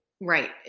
Right